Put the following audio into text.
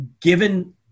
given